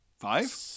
Five